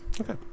Okay